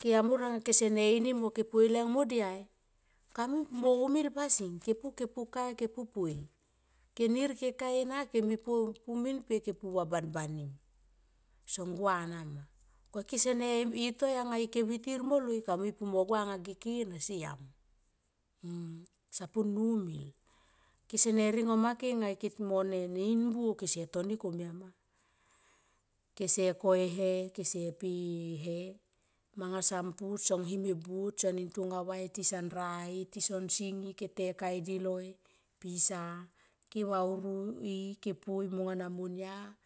ke amor ang kesen e ini mo ke poi leng modiai kamui pu mo umil. Kesene ringo make mo in buo kese toni komia ma. Kese ko i e he pe e he manga son pu son him e buo tisan rai tson singi ke te kaidi lon pisa ke vauri i ke poi monga na monia.